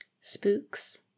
spooks